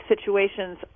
situations